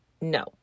No